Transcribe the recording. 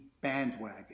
bandwagon